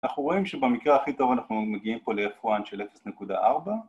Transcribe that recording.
אנחנו רואים שבמקרה הכי טוב אנחנו מגיעים פה ל-F1 של 0.4